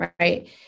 right